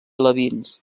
alevins